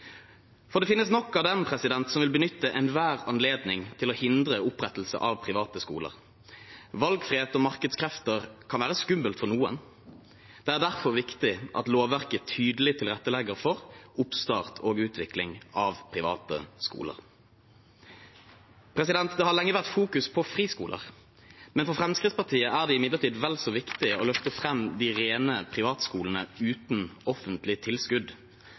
ubegripelig. Det finnes nok av dem som vil benytte enhver anledning til å hindre opprettelse av private skoler. Valgfrihet og markedskrefter kan være skummelt for noen. Det er derfor viktig at lovverket tydelig tilrettelegger for oppstart og utvikling av private skoler. Det har lenge vært fokusert på friskoler, men for Fremskrittspartiet er det imidlertid vel så viktig å løfte fram de rene privatskolene uten offentlig tilskudd.